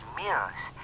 mirrors